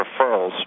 referrals